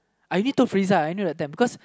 I already told Friza at that time because